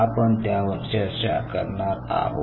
आपण त्यावर चर्चा करणार आहोत